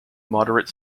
moderate